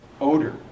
odor